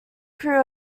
crew